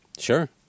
Sure